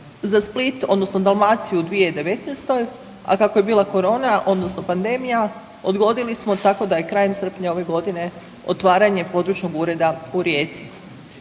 za Split, odnosno Dalmaciju 2019., a kako je bila korona, odnosno pandemija, odgodili smo, tako da je krajem srpnja ove godine otvaranje Područnog ureda u Rijeci.